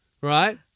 right